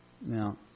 Now